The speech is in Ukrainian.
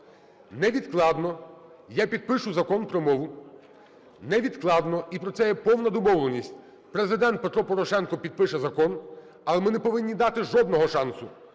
невідкладно я підпишу Закон про мову, невідкладно, і про це є повна домовленість, Президент Петро Порошенко підпише закон. Але ми не повинні дати жодного шансу,